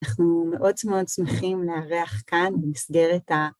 אנחנו מאוד מאוד שמחים לארח כאן במסגרת ה...